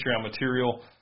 material